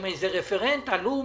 עם איזה רפרנט עלום?